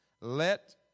Let